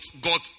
God